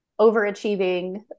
overachieving